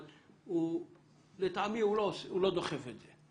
אבל לטעמי הוא לא דוחף את זה.